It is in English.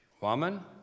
Woman